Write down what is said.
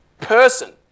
person